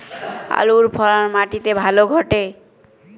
আলুর ফলন মাটি তে ভালো ঘটে?